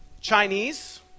Chinese